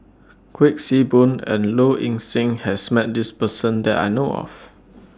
Kuik Swee Boon and Low Ing Sing has Met This Person that I know of